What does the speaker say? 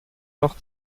noch